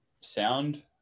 sound